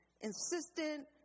insistent